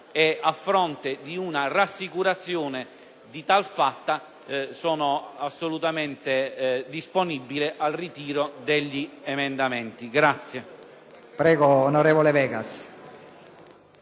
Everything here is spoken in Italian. e, a fronte di un’assicurazione di tal fatta, sono assolutamente disponibile al ritiro dell’emendamento 9.0.9.